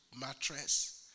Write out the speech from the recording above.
mattress